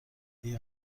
اگه